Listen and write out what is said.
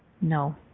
no